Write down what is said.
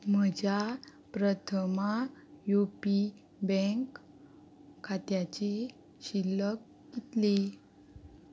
म्हज्या Prathama U P bank खात्याची शिल्लक कितली